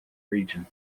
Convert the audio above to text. region